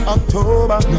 October